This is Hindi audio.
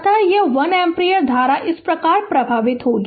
अतः यह 1 ऐम्पियर धारा इस प्रकार प्रवाहित होगी